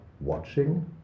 watching